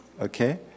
okay